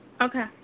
Okay